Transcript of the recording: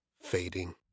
fading